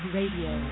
Radio